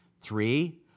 Three